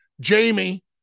Jamie